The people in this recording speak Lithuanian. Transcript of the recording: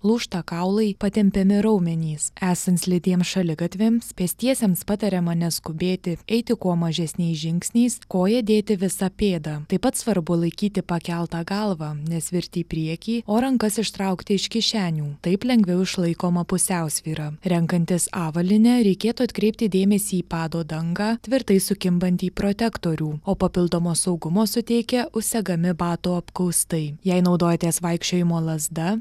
lūžta kaulai patempiami raumenys esant slidiems šaligatviams pėstiesiems patariama neskubėti eiti kuo mažesniais žingsniais koją dėti visa pėda taip pat svarbu laikyti pakeltą galvą nesvirti į priekį o rankas ištraukti iš kišenių taip lengviau išlaikoma pusiausvyra renkantis avalynę reikėtų atkreipti dėmesį į pado dangą tvirtai sukimbantį protektorių o papildomo saugumo suteikia užsegami batų apkaustai jei naudojatės vaikščiojimo lazda